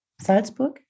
salzburg